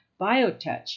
BioTouch